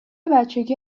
بچگی